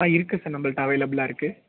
ஆ இருக்குது சார் நம்மள்ட அவேலபுல்லாக இருக்குது